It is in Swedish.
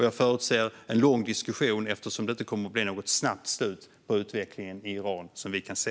Jag förutser en lång diskussion eftersom det inte kommer att bli något snabbt slut på utvecklingen i Iran som vi kan se.